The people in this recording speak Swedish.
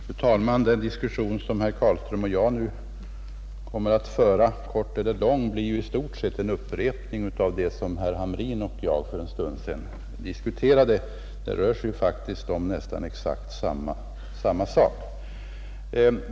Fru talman! Den diskussion som herr Carlström och jag nu kommer att föra, kort eller lång, blir i stort sett en upprepning av vad herr Hamrin och jag för en stund sedan diskuterade; det rör sig faktiskt om nästan exakt samma sak.